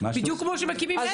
בדיוק כמו כשמקימים עסק.